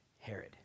Herod